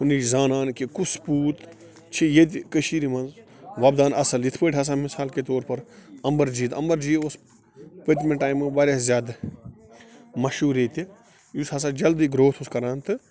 کُنج زانان کہِ کُس پوٗت چھُ ییٚتہِ کٔشیٖرِِ منٛز وۄپدان اَصٕل یِتھٕ پٲٹھۍ ہَسا مِثال کہِ طور پر امبر جی امبر جی اوس پٔتۍمہِ ٹایمہٕ وارِیاہ زیادٕ مَشہوٗر ییٚتہِ یُس ہَسا جلدٕے گرٛوتھ اوس کَران تہٕ